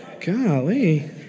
Golly